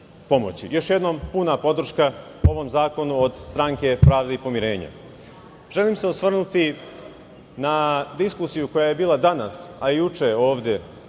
jednom, puna podrška ovom zakonu od Stranke pravde i pomirenja. Želim se osvrnuti na diskusiju koja je bila danas, a i juče ovde